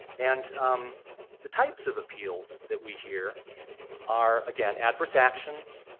and um the types of appeals that we hear are, again, adverse actions,